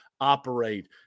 operate